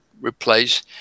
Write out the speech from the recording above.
replace